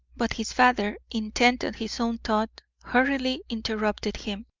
but his father, intent on his own thought, hurriedly interrupted him.